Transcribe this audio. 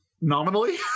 nominally